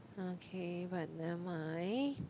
okay but never mind